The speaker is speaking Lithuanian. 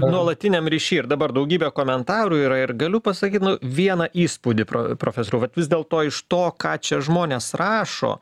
nuolatiniam ryšy ir dabar daugybė komentarų yra ir galiu pasakyt nu vieną įspūdį pro profesoriau vat vis dėlto iš to ką čia žmonės rašo